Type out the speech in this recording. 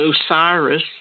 Osiris